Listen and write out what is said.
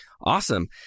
awesome